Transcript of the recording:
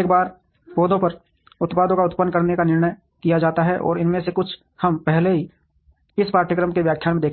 एक बार पौधों पर उत्पादों का उत्पादन करने का निर्णय किया जाता है और इनमें से कुछ हम पहले से ही इस पाठ्यक्रम में व्याख्यान में देख चुके हैं